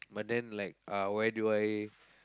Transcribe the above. but then like uh where do I